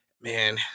man